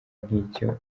nk’icyo